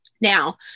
Now